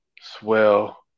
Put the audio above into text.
Swell